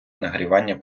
нагрівання